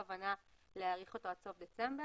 השאלה הייתה האם יש כוונה להתגבר על הדרישה הזאת.